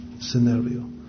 scenario